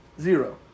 Zero